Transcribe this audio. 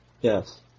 Yes